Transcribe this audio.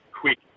quick